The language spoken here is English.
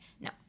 no